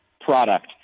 product